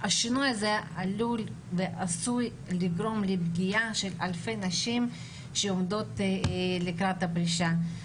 השינוי הזה עשוי לגרום לפגיעה באלפי נשים שעומדות לקראת הפרישה.